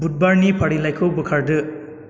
बुधबारनि फारिलाइखौ बोखारदो